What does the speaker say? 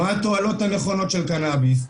מה התועלות הנכונות של קנאביס.